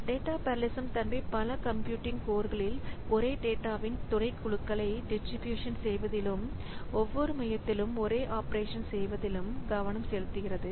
data parallelism தன்மை பல computing கோர்களில் ஒரே டேட்டாவின் துணைக்குழுக்களை டிஸ்ட்ரிபியூசன் செய்வதிலும் ஒவ்வொரு மையத்திலும் ஒரே ஆப்பரேஷன் செய்வதிலும் கவனம் செலுத்துகிறது